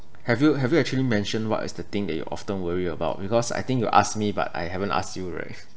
have you have you actually mention what is the thing that you often worry about because I think you asked me but I haven't ask you right